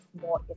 more